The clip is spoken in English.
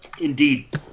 Indeed